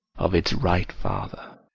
of its right father.